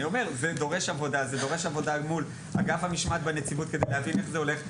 זה דורש עבודה מול אגף המשמעת בנציבות כדי להבין איך זה הולך,